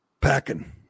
packing